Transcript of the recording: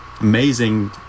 amazing